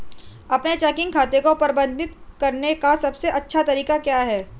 अपने चेकिंग खाते को प्रबंधित करने का सबसे अच्छा तरीका क्या है?